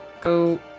go